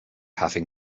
having